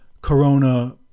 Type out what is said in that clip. corona